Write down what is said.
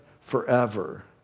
forever